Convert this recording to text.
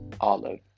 Olive